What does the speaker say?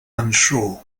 unsure